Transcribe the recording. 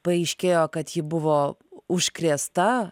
paaiškėjo kad ji buvo užkrėsta